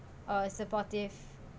uh supportive